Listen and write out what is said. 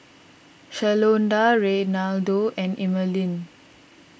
Shalonda Reynaldo and Emaline